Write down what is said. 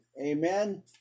Amen